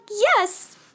yes